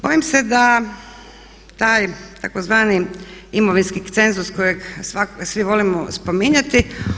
Bojim se da taj takozvani imovinski cenzus kojeg svi volimo spominjati.